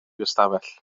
ystafell